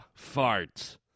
farts